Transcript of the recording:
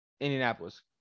Indianapolis